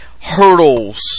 hurdles